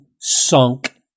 sunk